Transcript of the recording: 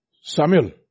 Samuel